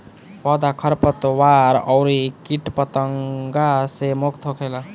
पौधा खरपतवार अउरी किट पतंगा से मुक्त होखेला